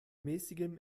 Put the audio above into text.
mäßigem